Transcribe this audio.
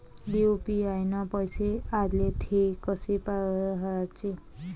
UPI न पैसे आले, थे कसे पाहाचे?